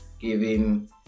giving